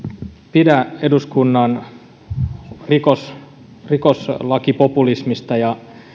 pidä eduskunnan rikoslakipopulismista ja